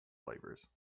flavors